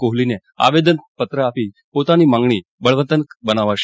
કોહલીને આવેદનપત્ર આપી પોતાની માંગણી બળવતર બનાવશે